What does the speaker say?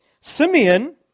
Simeon